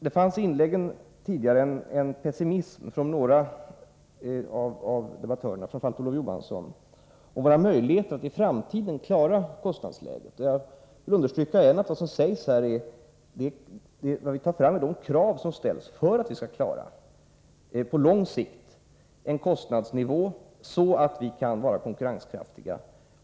Det fanns i några av de tidigare inläggen från debattörerna, framför allt i Olof Johanssons, en pessimism när det gällde våra möjligheter att i framtiden klara kostnadsläget. Jag vill än en gång understryka att vad vi här tar fram är de krav som ställs för att vi på lång sikt skall klara en sådan kostnadsnivå att vi också längre fram kan vara konkurrenskraftiga.